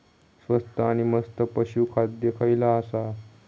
स्वस्त आणि मस्त पशू खाद्य खयला आसा?